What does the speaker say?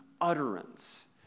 utterance